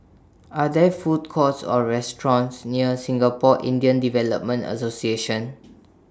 Are There Food Courts Or restaurants near Singapore Indian Development Association